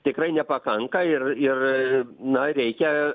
tikrai nepakanka ir ir na reikia